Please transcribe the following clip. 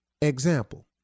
Example